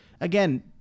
Again